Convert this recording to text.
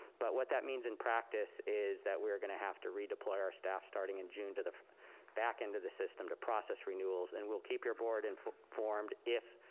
but what that means in practice is that we are gonna have to redeploy our staff starting in june to the back end of the system to process renewals, and we'll keep your board and informed if,